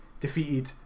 defeated